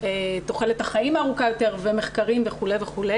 תוחלת החיים הארוכה יותר ומחקרים וכו'.